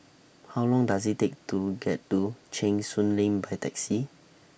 How Long Does IT Take to get to Cheng Soon Lane By Taxi